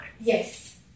Yes